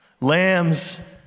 Lambs